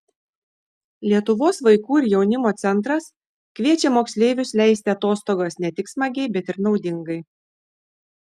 lietuvos vaikų ir jaunimo centras kviečia moksleivius leisti atostogas ne tik smagiai bet ir naudingai